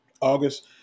August